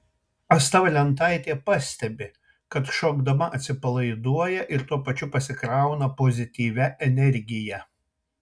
asta valentaitė pastebi kad šokdama atsipalaiduoja ir tuo pačiu pasikrauna pozityvia energija